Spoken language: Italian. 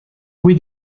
qui